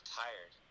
tired